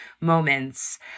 moments